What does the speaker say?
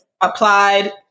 applied